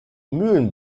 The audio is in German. mühlen